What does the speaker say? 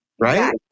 right